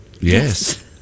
Yes